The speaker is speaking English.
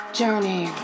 journey